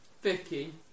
Vicky